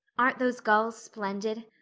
aren't those gulls splendid?